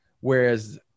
Whereas